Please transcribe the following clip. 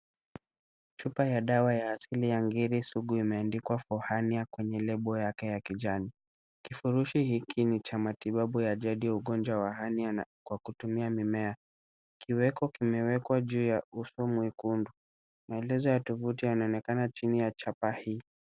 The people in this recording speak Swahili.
Chupa ya dawa ya asili ya ngiri sugu imeandikwa for hernia kwenye lebo yake ya kijani, Kifurushi hiki ni cha matibabu ya jadi ugonjwa wa hernia na kwa kutumia mimea, kiweko kimewekwa juu ya ufu mwekundi, maelezo tuvuti ninaonekana chini ya chapa hii.